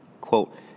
quote